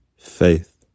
Faith